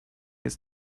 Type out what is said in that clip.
ist